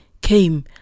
came